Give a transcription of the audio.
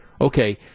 Okay